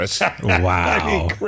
Wow